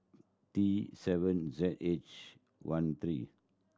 T seven Z H one three